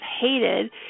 hated